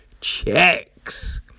checks